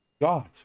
God